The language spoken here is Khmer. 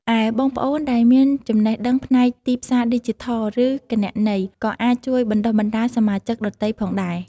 ឯ បងប្អូនដែលមានចំណេះដឹងផ្នែកទីផ្សារឌីជីថល ឬគណនេយ្យ ក៏អាចជួយបណ្តុះបណ្តាលសមាជិកដទៃផងដែរ។